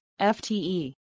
FTE